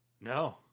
No